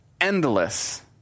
endless